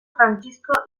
frantzisko